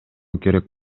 керек